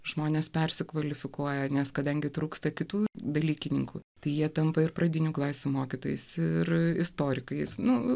žmonės persikvalifikuoja nes kadangi trūksta kitų dalykininkų tai jie tampa ir pradinių klasių mokytojais ir istorikais nu